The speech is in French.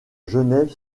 genève